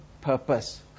purpose